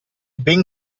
ben